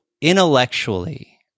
intellectually